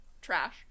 trash